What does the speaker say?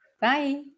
Bye